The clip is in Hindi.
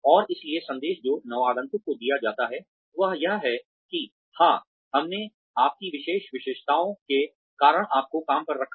और इसलिए संदेश जो नवागंतुक को दिया जाता है वह यह है कि हां हमने आपकी विशेष विशेषताओं के कारण आपको काम पर रखा है